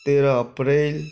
तेरह अप्रैल